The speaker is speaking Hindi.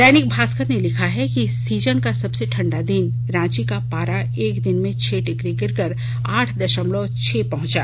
दैनिक भास्कर ने लिखा है सीजन का सबसे ठंडा दिन रांची का पारा एक दिन में छह डिग्री गिरकर आठ दशमलव छह पहुंचा